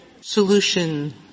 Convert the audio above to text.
Solution